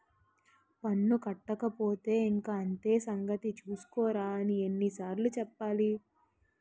పన్ను కట్టకపోతే ఇంక అంతే సంగతి చూస్కోరా అని ఎన్ని సార్లు చెప్పాలి